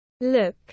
look